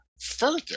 further